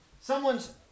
someone's